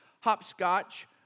hopscotch